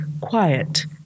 quiet